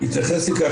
התייחס לכך,